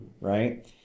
right